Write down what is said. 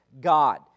God